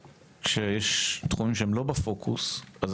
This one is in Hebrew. כשיש דווקא תחומים שהם לא בפוקוס אז